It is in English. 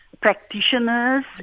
practitioners